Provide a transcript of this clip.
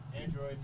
Android